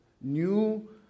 new